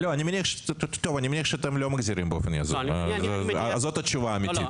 אני מניח שאתם לא מחזירים באופן יזום; זו התשובה האמיתית.